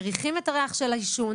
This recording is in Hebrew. מריחים את הריח של העישון,